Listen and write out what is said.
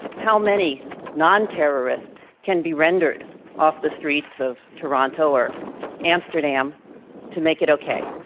how many non-terrorists can be rendered off the streets of toronto or amsterdam to make it okay?